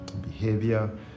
behavior